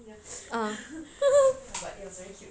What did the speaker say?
uh